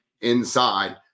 inside